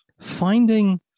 finding